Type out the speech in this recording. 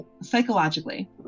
psychologically